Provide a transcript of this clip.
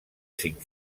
cinc